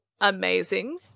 amazing